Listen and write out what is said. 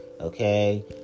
okay